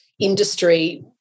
industry